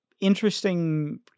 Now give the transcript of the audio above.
interesting